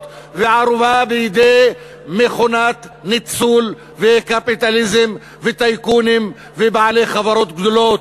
וערובה בידי מכונת ניצול וקפיטליזם וטייקונים ובעלי חברות גדולות.